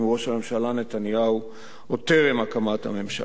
ראש הממשלה נתניהו עוד טרם הקמת הממשלה.